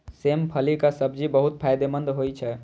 सेम फलीक सब्जी बहुत फायदेमंद होइ छै